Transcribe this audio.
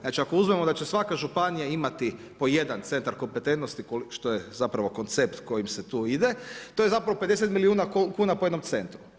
Znači ako uzmemo da će svaka županija imati po jedan centar kompetentnosti, što je zapravo koncept kojim se tu ide, to je zapravo 50 milijuna kuna po jednom centru.